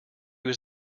was